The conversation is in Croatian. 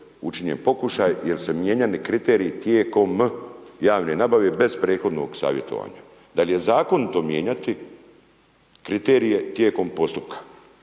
učinjen pokušaj, jer su mijenjani kriteriji tijekom javne nabave bez prethodnog savjetovanja. Da li je zakonito mijenjati kriterije tijekom postupka,